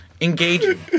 engaging